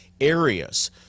areas